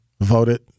voted